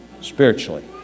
spiritually